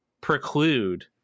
preclude